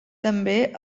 també